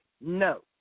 No